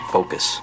Focus